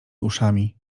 uszami